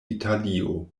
italio